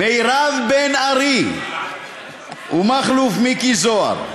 מירב בן ארי ומכלוף מיקי זוהר.